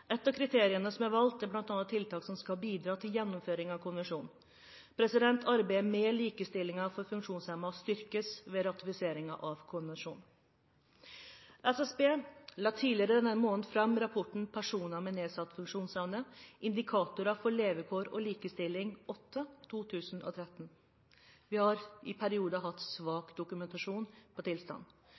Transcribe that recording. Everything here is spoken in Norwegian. Et av kriteriene som er valgt, er bl.a. tiltak som skal bidra til gjennomføring av konvensjonen. Arbeidet med likestillingen for funksjonshemmede styrkes ved ratifiseringen av konvensjonen. SSB la tidligere, i forrige måned, fram rapporten «Personer med nedsatt funksjonsevne. Indikatorer for levekår og likestilling», nr. 8/2013. Vi har i perioder hatt svak dokumentasjon på